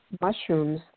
mushrooms